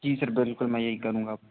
जी sir बिल्कुल मैं यही करूँगा अब